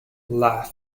laughs